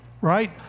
Right